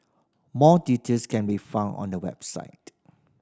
more details can be found on the website